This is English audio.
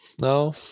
no